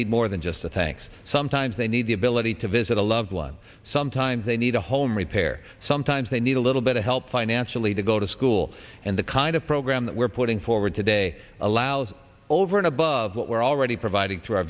need more than just a thanks sometimes they need the ability to visit a loved one sometimes they need a home repair sometimes they need a little bit of help financially to go to school and the kind of program that we're putting forward today allows over and above what we're already providing through ou